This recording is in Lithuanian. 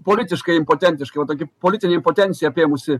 politiškai impotentiškai va tokia politinė impotencija apėmusi